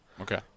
Okay